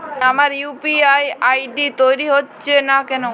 আমার UPI ID তৈরি হচ্ছে না কেনো?